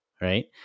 Right